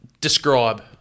Describe